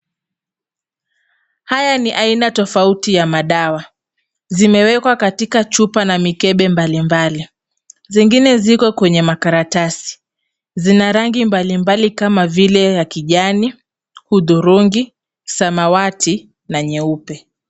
Haya ni aina tofauti ya madawa. Zimewekwa katika chupa na mikebe mbali mbali. Zingine ziko kwenye makaratasi. Zina rangi mbali mbali kama vile ya kijani, hudhurungi , samawati na nyeupe.